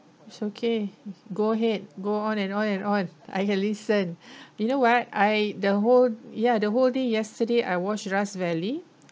it's okay go ahead go on and on and on I can listen you know what I the whole ya the whole day yesterday I watch rust valley